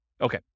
Okay